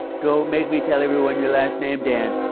don't make me tell everyone your last name, dan.